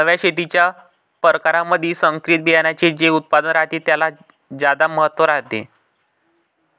नव्या शेतीच्या परकारामंधी संकरित बियान्याचे जे उत्पादन रायते त्याले ज्यादा महत्त्व रायते